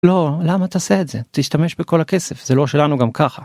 לא למה תעשה את זה, תשתמש בכל הכסף זה לא שלנו גם ככה.